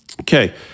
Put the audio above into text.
Okay